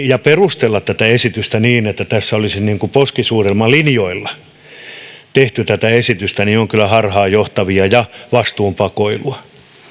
ja perustella tätä esitystä niin että tässä olisi poskisuudelmalinjoilla tehty tätä esitystä se on kyllä harhaanjohtavaa ja vastuunpakoilua